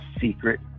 secret